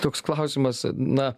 toks klausimas na